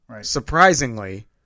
Surprisingly